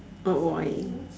oh why